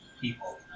people